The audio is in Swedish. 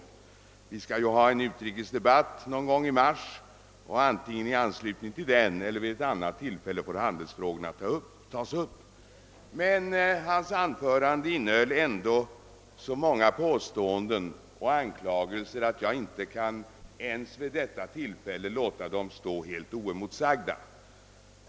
Vi skall ju ha en utrikesdebatt någon gång i mars och antingen i anslutning till den eller vid ett annat tillfälle får handelsfrågorna tas upp. Herr Hanssons i Skegrie anförande innehöll dock så många påståenden och anklagelser att jag inte vid detta tillfälle kan låta dem stå helt oemotsagda.